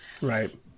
Right